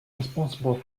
responsible